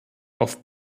auf